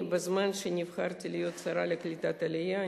כשנבחרתי להיות השרה לקליטת העלייה,